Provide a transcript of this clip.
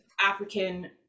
African